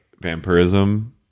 vampirism